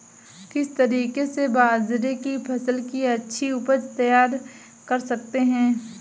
किस तरीके से बाजरे की फसल की अच्छी उपज तैयार कर सकते हैं?